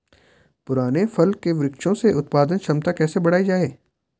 पुराने फल के वृक्षों से उत्पादन क्षमता कैसे बढ़ायी जाए?